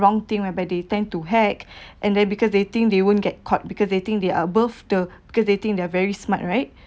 wrong thing whereby they tend to hack and they because they think they won't get caught because they think they're above the because they think they're very smart right